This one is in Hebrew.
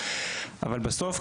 אבל בסוף,